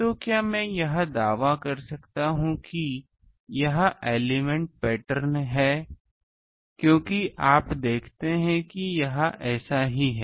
तो क्या मैं यह दावा कर सकता हूं कि यह एलिमेंट् पैटर्न है क्योंकि आप देखते हैं कि यह ऐसा ही है